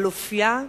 על אופיה.